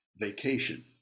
vacation